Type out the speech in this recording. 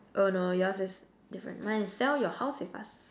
oh no yours is different mine is sell your house with us